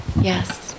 yes